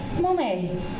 mummy